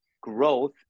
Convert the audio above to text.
growth